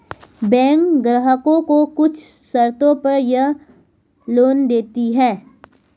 बैकें ग्राहकों को कुछ शर्तों पर यह लोन देतीं हैं